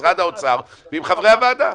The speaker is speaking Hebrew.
עם משרד האוצר ועם חברי הוועדה.